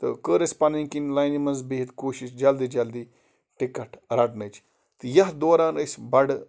تہٕ کٔر اَسہِ پَنٕنۍ کِنۍ لاینہِ منٛز بِہِت کوٗشِش جلدی جلدی ٹِکَٹ رَٹنٕچ تہِ یَتھ دوران أسۍ بَڑٕ